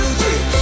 three